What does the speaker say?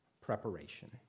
preparation